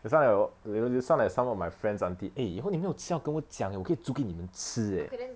you sound like you you sound like some of my friends' auntie eh 以后你没有吃药跟我讲我可以煮给你们吃 eh